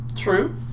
true